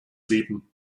leben